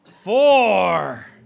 Four